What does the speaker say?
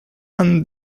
and